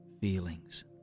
feelings